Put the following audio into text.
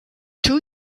two